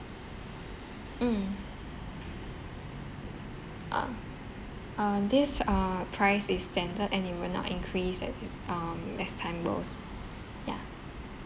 mm ah uh this uh price is standard and it will not increase at is um as time goes yeah